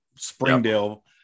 springdale